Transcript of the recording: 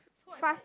fast